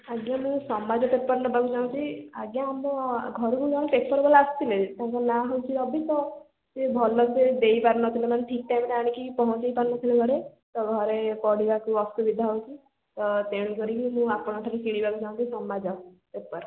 ଆଜ୍ଞା ମୁଁ ସମାଜ ପେପର୍ ନେବାକୁ ଚାଁହୁଛି ଆଜ୍ଞା ଆମ ଘରକୁ ଜଣେ ପେପର୍ ଵାଲା ଆସିଥିଲେ ତାଙ୍କ ନାଁ ହେଉଛି ରବି ସାହୁ ସେ ଭଲ କି ଦେଇପାରୁନଥିଲେ ମାନେ ଠିକ୍ ଟାଇମ୍ରେ ଆଣିକି ପହଞ୍ଚେଇ ପାରୁନଥିଲେ ଘରେ ତ ଘରେ ପଢ଼ିବାକୁ ଅସୁବିଧା ହେଉଛି ତ ତେଣୁ କରିକି ମୁଁ ଆପଣଙ୍କ ଠାରୁ କିଣିବାକୁ ଚାଁହୁଛି ସମାଜ ପେପର୍